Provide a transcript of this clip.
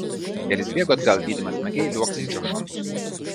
elis bėgo atgal lydimas smagiai liuoksinčio šuns